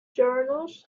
journals